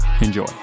Enjoy